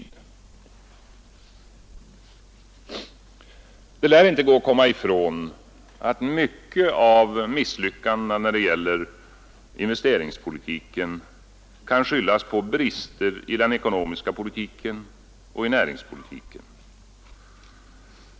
Det lär inte gå att komma ifrån att mycket av misslyckandena när det gäller investeringspolitiken kan skyllas på brister i den ekonomiska politiken och i näringspolitiken.